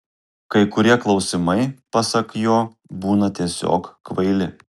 kai kurie klausimai pasak jo būna tiesiog kvaili